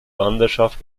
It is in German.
wanderschaft